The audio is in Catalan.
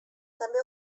també